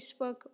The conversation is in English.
Facebook